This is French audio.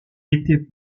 était